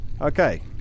Okay